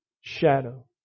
shadow